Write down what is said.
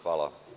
Hvala.